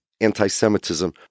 anti-Semitism